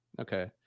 Okay